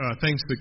thanks